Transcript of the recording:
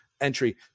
entry